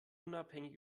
unabhängig